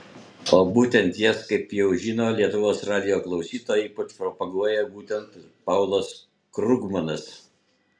o būtent jas kaip jau žino lietuvos radijo klausytojai ypač propaguoja būtent paulas krugmanas